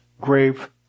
grave